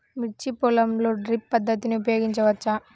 మిర్చి పొలంలో డ్రిప్ పద్ధతిని ఉపయోగించవచ్చా?